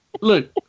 Look